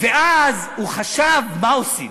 ואז הוא חשב: מה עושים?